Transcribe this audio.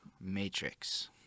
Matrix